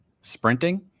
Sprinting